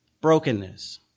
brokenness